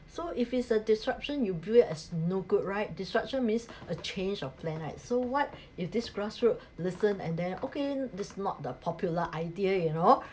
so if it's a disruption you view it as no good right disruption means a change of plan right so what if this grassroot listened and then okay this not the popular idea you know